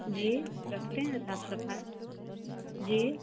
जी रखते हैं साफ़ सफ़ाई जी